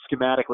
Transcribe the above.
schematically